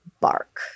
bark